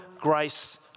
grace